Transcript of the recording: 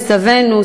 סבינו,